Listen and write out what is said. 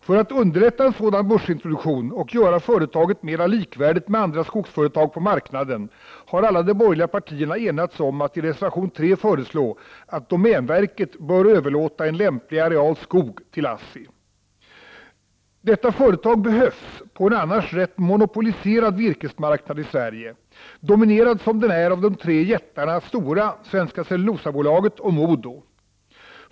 För att underlätta en sådan börsintroduktion och göra företaget mera likvärdigt med andra skogsföretag på marknaden har alla de borgerliga partierna enats om att i reservation 3 föreslå att domänverket skall överlåta en lämplig areal skog till ASSI. Detta företag behövs på en annars rätt monopoliserad virkesmarknad i Sverige, dominerad som den är av de tre jättarna Stora, Svenska Cellulosa AB och MoDo.